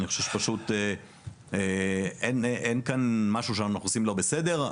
אני חושב שפשוט אין כאן משהו שאנחנו עושים לא בסדר,